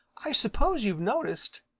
i suppose you've noticed,